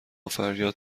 فریاد